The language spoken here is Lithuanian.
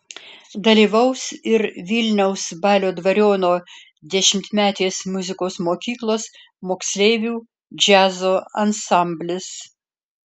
dalyvaus ir vilniaus balio dvariono dešimtmetės muzikos mokyklos moksleivių džiazo ansamblis